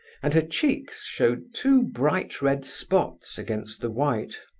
and her cheeks showed two bright red spots against the white.